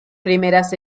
primeras